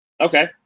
Okay